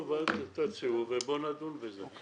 הציעו בבקשה ונדון בזה.